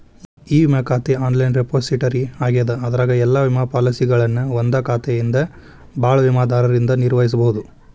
E ವಿಮಾ ಖಾತೆ online repository ಆಗ್ಯದ ಅದರಾಗ ಎಲ್ಲಾ ವಿಮಾ ಪಾಲಸಿಗಳನ್ನ ಒಂದಾ ಖಾತೆಯಿಂದ ಭಾಳ ವಿಮಾದಾರರಿಂದ ನಿರ್ವಹಿಸಬೋದು